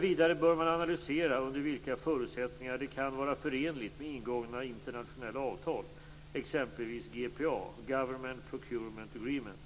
Vidare bör man analysera under vilka förutsättningar det kan vara förenligt med ingångna internationella avtal, exempelvis GPA, Government Procurement Agreement).